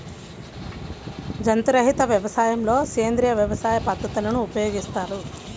జంతు రహిత వ్యవసాయంలో సేంద్రీయ వ్యవసాయ పద్ధతులను ఉపయోగిస్తారు